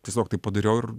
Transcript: tiesiog taip padariau ir